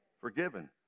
forgiven